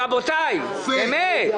רבותיי, באמת.